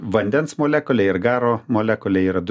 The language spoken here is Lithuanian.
vandens molekulė ir garo molekulė yra du